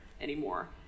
anymore